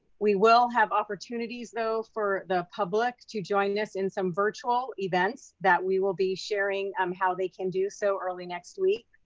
we will have opportunities though for the public to join us in some virtual events that we will be sharing um how they can do so early next week.